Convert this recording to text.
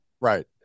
Right